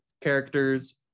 characters